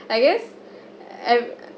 I guess I've